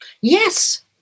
Yes